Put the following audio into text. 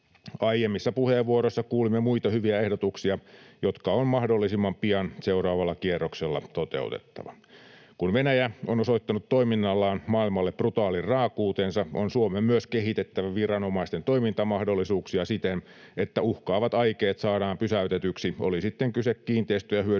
Aiemmissa puheenvuoroissa kuulimme muita hyviä ehdotuksia, jotka on mahdollisimman pian seuraavalla kierroksella toteutettava. Kun Venäjä on osoittanut toiminnallaan maailmalle brutaalin raakuutensa, on Suomen myös kehitettävä viranomaisten toimintamahdollisuuksia siten, että uhkaavat aikeet saadaan pysäytetyksi, oli sitten kyse kiinteistöjä hyödyntävästä